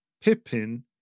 pippin